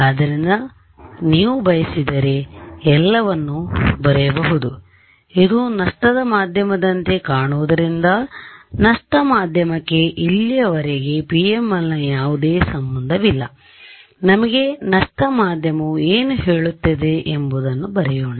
ಆದ್ದರಿಂದ ನೀವು ಬಯಸಿದರೆ ನಾವು ಎಲ್ಲವನ್ನೂ ಬರೆಯಬಹುದು ಇದು ನಷ್ಟದ ಮಾಧ್ಯಮದಂತೆ ಕಾಣುವುದರಿಂದ ನಷ್ಟಮಾಧ್ಯಮಕ್ಕೆ ಇಲ್ಲಿಯವರೆಗೆ PML ನ ಯಾವುದೇ ಸಂಬಂಧವಿಲ್ಲ ನಮಗೆ ನಷ್ಟ ಮಾಧ್ಯಮವು ಏನು ಹೇಳುತ್ತದೆ ಎಂಬುದನ್ನು ಬರೆಯೋಣ